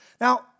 Now